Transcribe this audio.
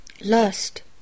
Lust